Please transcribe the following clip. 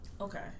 Okay